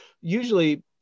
usually